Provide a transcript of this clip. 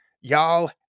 y'all